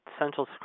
Central